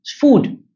food